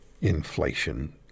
inflation